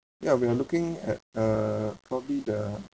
ya we are looking at uh probably the